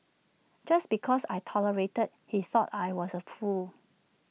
just because I tolerated he thought I was A fool